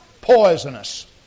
poisonous